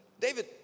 David